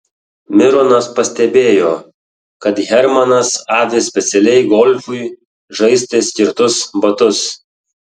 mironas pastebėjo kad hermanas avi specialiai golfui žaisti skirtus batus